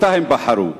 שהם בחרו אותה.